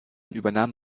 übernahm